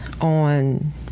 on